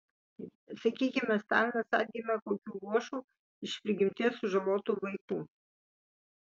sakykime stalinas atgimė kokiu luošu iš prigimties sužalotu vaiku